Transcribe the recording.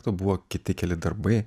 buvo kiti keli darbai